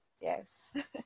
Yes